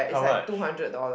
how much